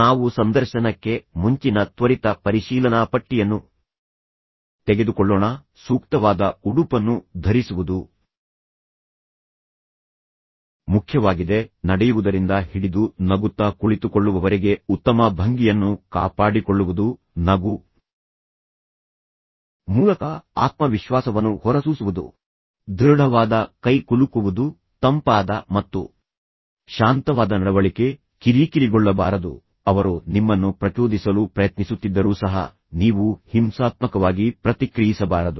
ನಾವು ಸಂದರ್ಶನಕ್ಕೆ ಮುಂಚಿನ ತ್ವರಿತ ಪರಿಶೀಲನಾಪಟ್ಟಿಯನ್ನು ತೆಗೆದುಕೊಳ್ಳೋಣ ಸೂಕ್ತವಾದ ಉಡುಪನ್ನು ಧರಿಸುವುದು ಮುಖ್ಯವಾಗಿದೆ ನಡೆಯುವುದರಿಂದ ಹಿಡಿದು ನಗುತ್ತಾ ಕುಳಿತುಕೊಳ್ಳುವವರೆಗೆ ಉತ್ತಮ ಭಂಗಿಯನ್ನು ಕಾಪಾಡಿಕೊಳ್ಳುವುದು ನಗು ಮೂಲಕ ಆತ್ಮವಿಶ್ವಾಸವನ್ನು ಹೊರಸೂಸುವುದು ದೃಢವಾದ ಕೈಕುಲುಕುವುದು ತಂಪಾದ ಮತ್ತು ಶಾಂತವಾದನಡವಳಿಕೆ ಕಿರಿಕಿರಿಗೊಳ್ಳಬಾರದು ಅವರು ನಿಮ್ಮನ್ನು ಪ್ರಚೋದಿಸಲು ಪ್ರಯತ್ನಿಸುತ್ತಿದ್ದರೂ ಸಹ ನೀವು ಹಿಂಸಾತ್ಮಕವಾಗಿ ಪ್ರತಿಕ್ರಿಯಿಸಬಾರದು